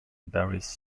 various